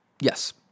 Yes